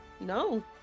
No